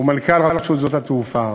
מנכ"ל רשות התעופה.